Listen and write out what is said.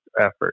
effort